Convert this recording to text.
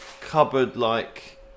cupboard-like